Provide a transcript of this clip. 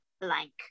blank